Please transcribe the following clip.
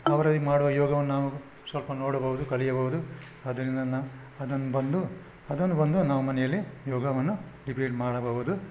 ಅವರು ಈಗ ಮಾಡುವ ಯೋಗವನ್ನು ನಾವು ಸ್ವಲ್ಪ ನೋಡಬಹುದು ಕಲಿಯಬಹುದು ಅದರಿಂದ ನ ಅದನ್ನ ಬಂದು ಅದನ್ನು ಬಂದು ನಾವು ಮನೆಯಲ್ಲಿ ಯೋಗವನ್ನು ರಿಪೀಟ್ ಮಾಡಬಹುದು